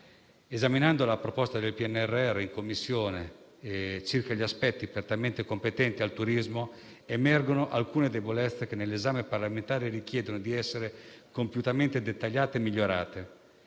Esaminando la proposta del PNRR in Commissione, circa gli aspetti prettamente competenti al turismo, emergono alcune debolezze che, nell'esame parlamentare, richiedono di essere compiutamente dettagliate e migliorate.